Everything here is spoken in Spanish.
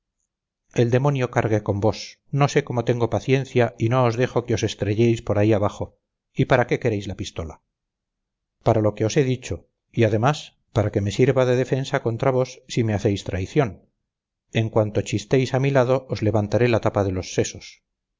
el demonio cargue con vos no sé cómo tengo paciencia y no os dejo que os estrelléis por ahí abajo y para qué queréis la pistola para lo que os he dicho y además para que me sirva de defensa contra vos si me hacéis traición en cuanto chistéis a mi lado os levantaré la tapa de los sesos